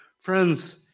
Friends